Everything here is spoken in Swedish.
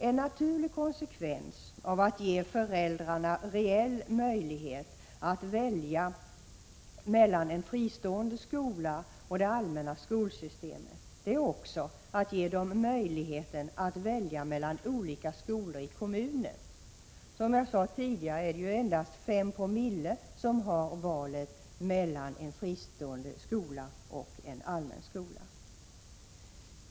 En naturlig konsekvens av att ge föräldrarna reell möjlighet att välja mellan en fristående skola och det allmänna skolsystemet är att också ge dem möjligheten att välja mellan olika skolor i kommunen. Som jag sade tidigare är det endast 5 Io som har valet mellan en fristående och en allmän skola.